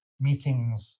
meetings